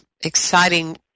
exciting